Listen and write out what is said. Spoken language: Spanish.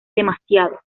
demasiado